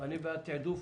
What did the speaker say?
אני בעד תעדוף